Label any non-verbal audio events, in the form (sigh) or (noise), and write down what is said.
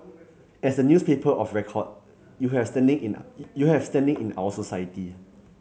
as the newspaper of record you have standing in (hesitation) you have standing in our society